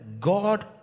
God